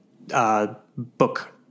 book